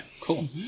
Cool